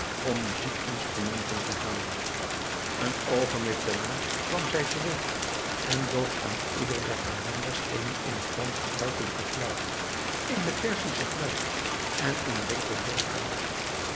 om muzijkinstrumenten te halen een oogenblik daarna kwam zij terug en bood aan ieder der calenders eene in het land gebruikelijke fluit eene perzische fluit en een rinkelbom aan